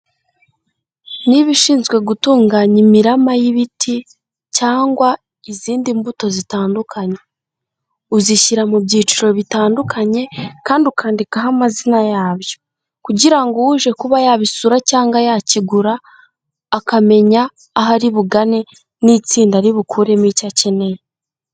Niba ushinzwe gutunganya imirama y'ibiti cyangwa izindi mbuto zitandukanye, uzishyira mu byiciro bitandukanye kandi ukandikaho amazina yabyo kugira ngo uje kuba yabisura cyangwa yakigura akamenya aho ari bugane n'itsinda ari bukuremo icyo akeneye.